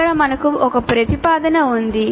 ఇక్కడ మనకు ఒక ప్రతిపాదన ఉంది